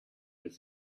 with